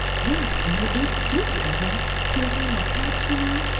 yes when you eat soup out of them two-handled cups, you know.